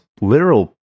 literal